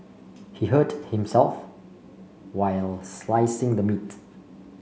he hurt himself while slicing the meat